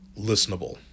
listenable